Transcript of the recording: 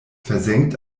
versenkt